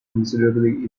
considerably